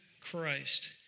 Christ